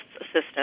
assistance